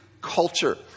culture